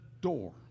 door